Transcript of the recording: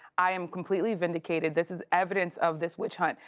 i am completely vindicated. this is evidence of this witch hunt.